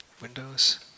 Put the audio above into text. windows